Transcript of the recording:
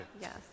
Yes